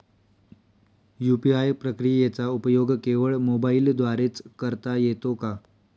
UPI प्रक्रियेचा उपयोग केवळ मोबाईलद्वारे च करता येतो का?